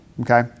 Okay